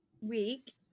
week